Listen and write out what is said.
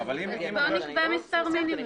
(היו"ר מיקי חיימוביץ') אז בוא נקבע מספר מינימום.